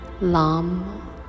LAM